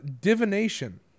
divination